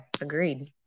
agreed